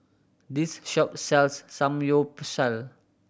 this shop sells Samgyeopsal